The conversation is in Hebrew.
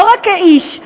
לא רק כאיש,